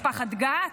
משפחת גת,